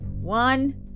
one